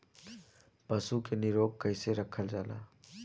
पशु के निरोग कईसे रखल जाला?